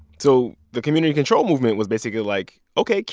so the community controlled movement was basically like, ok,